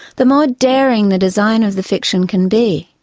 the more daring the design of the fiction can be.